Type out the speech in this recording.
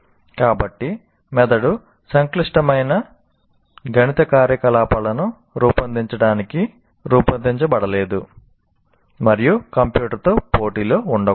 కాబట్టి మెదడు సంక్లిష్టమైన గణిత కార్యకలాపాలను రూపొందించడానికి రూపొందించబడలేదు మరియు కంప్యూటర్తో పోటీలో ఉండకూడదు